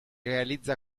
realizza